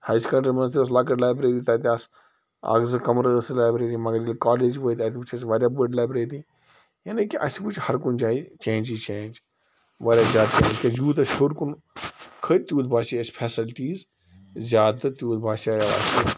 higher secondary منٛز تہِ ٲس لۄکٕٹۍ لایبرٛیری تَتہِ آسہٕ اَکھ زٕ کَمرٕ ٲس سۄ لایبرٛیری مگر ییٚلہِ کالج وٲتۍ اَتہِ وُچھ اسہِ واریاہ بٔڑ لایبرٛیری یعنی کہِ اسہِ وُچھ ہر کُنہِ جایہِ چینٛجی چینٛج واریاہ زیادٕ چینٛج کیٛازِ یوٗت أسۍ ہیٛور کُن کھٔتۍ تیٛوٗت باسے اسہِ فیسَلٹیٖز زیادٕ تہٕ تیوٗت باسے اسہِ